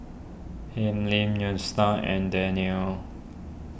Hilmi and Daniel